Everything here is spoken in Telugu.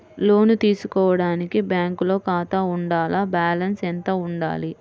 లోను తీసుకోవడానికి బ్యాంకులో ఖాతా ఉండాల? బాలన్స్ ఎంత వుండాలి?